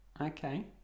Okay